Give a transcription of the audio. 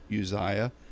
Uzziah